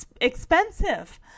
expensive